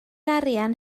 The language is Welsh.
arian